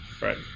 right